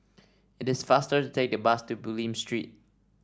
it is faster to take the bus to Bulim Street